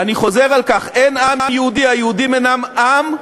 אני חוזר על כך: אין עם יהודי, היהודים אינם עם,